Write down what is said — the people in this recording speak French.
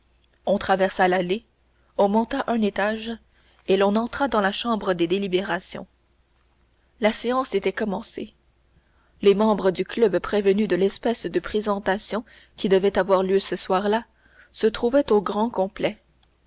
on traversa l'allée on monta un étage et l'on entra dans la chambre des délibérations la séance était commencée les membres du club prévenus de l'espèce de présentation qui devait avoir lieu ce soir-là se trouvaient au grand complet